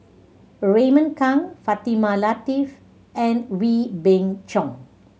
Raymond Kang Fatimah Lateef and Wee Beng Chong